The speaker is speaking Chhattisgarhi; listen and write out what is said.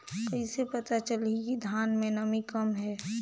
कइसे पता चलही कि धान मे नमी कम हे?